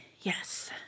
Yes